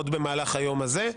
עוד במהלך היום הזה.